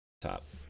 top